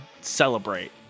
Celebrate